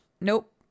Nope